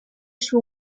suo